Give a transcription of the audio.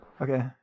Okay